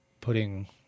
putting